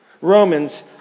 Romans